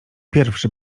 pierwszy